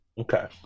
Okay